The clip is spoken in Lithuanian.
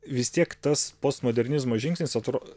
vis tiek tas postmodernizmo žingsnis atrodo